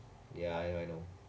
ya I know I know